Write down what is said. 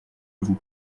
vous